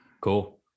Cool